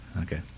Okay